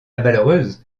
malheureuse